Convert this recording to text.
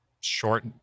short